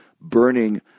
burning